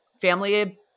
family